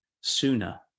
sooner